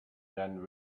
then